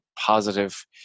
positive